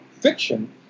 fiction